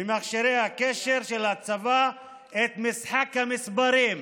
במכשירי הקשר של הצבא את משחק המספרים,